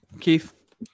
Keith